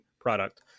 product